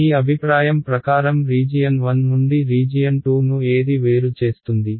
మీ అభిప్రాయం ప్రకారం రీజియన్ 1 నుండి రీజియన్ 2 ను ఏది వేరు చేస్తుంది